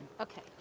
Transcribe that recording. Okay